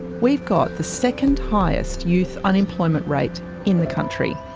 we've got the second highest youth unemployment rate in the country.